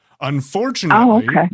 Unfortunately